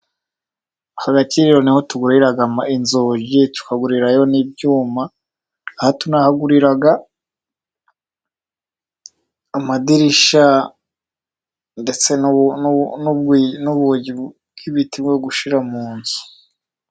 Mu gakiriro niho tuguriramo inzu, tukagurirayo n'ibyuma. Aha tunahagurira amadirishya ndetse n'ubwugi bw'ibiti bwo gushyira mu nzu.